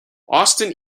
austin